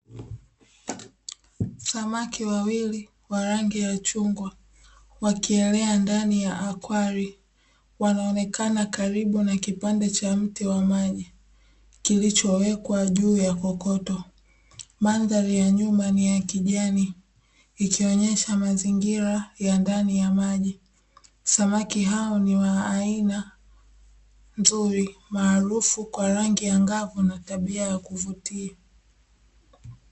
Samaki wawili wa rangi ya chungwa, wakielea ndani ya akwari, wanaonekana karibu na kipande cha mti wa maji, kilichowekwa juu ya kokoto. Mandhari ya nyuma ni ya kijani, ikionyesha mazingira ya ndani ya maji. Samaki hao ni wa aina nzuri, maarufu kwa rangi ngavu na tabia ya kuvutia.